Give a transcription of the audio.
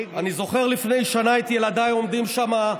אני זוכר לפני שנה את ילדיי עומדים שם,